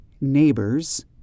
neighbor's